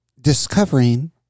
discovering